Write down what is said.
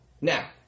Now